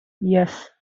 yes